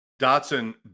Dotson